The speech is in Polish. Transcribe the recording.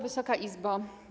Wysoka Izbo!